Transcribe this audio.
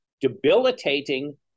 debilitating